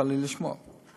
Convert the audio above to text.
תתפלאי לשמוע.